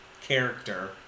character